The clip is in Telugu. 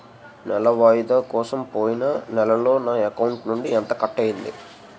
నెల వాయిదా కోసం పోయిన నెలలో నా అకౌంట్ నుండి ఎంత కట్ అయ్యింది?